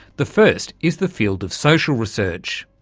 the first is the field of social research.